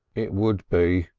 it would be,